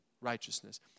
righteousness